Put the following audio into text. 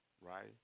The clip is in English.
right